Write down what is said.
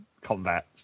combat